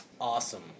Awesome